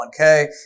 401k